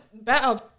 better